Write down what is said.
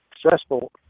successful